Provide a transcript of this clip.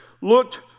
looked